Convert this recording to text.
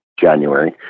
January